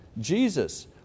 Jesus